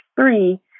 three